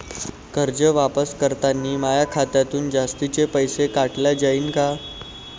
कर्ज वापस करतांनी माया खात्यातून जास्तीचे पैसे काटल्या जाईन का?